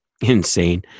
Insane